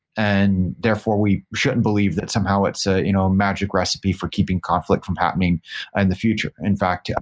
and therefore we should believe that somehow it's a you know magic recipe for keeping conflict from happening in and the future. in fact, yeah